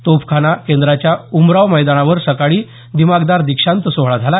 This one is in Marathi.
तोपखाना केंद्राच्या उमराव मैदानावर सकाळी दिमाखदार दीक्षांत सोहळा झाला